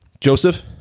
Joseph